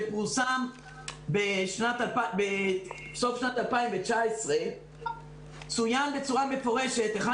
שפורסם בסוף שנת 2019 צוין בצורה מפורשת היכן